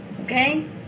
okay